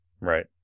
right